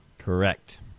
Correct